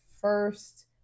first